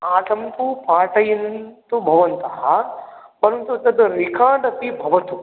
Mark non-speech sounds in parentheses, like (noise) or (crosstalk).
आ (unintelligible) न्तु पाठयन्तु भवन्तः परन्तु तत् रिकार्ड् अपि भवतु